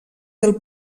del